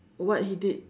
what he did